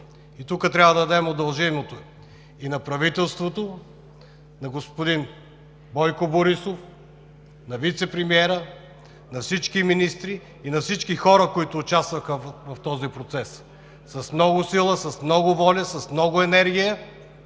Тук трябва да отдадем дължимото и на правителството, на господин Бойко Борисов, на вицепремиера, на всички министри и на всички хора, които участваха в този процес с много сила, с много воля, с много енергия,